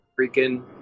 freaking